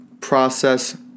process